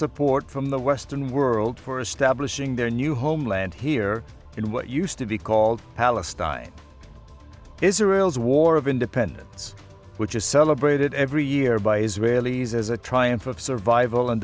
support from the western world for establishing their new homeland here in what used to be called palestine israel's war of independence which is celebrated every year by israelis as a triumph of survival and